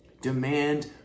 demand